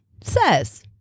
says